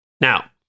Now